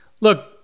look